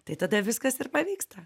tai tada viskas ir pavyksta